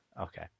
Okay